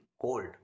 cold